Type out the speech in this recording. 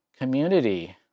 community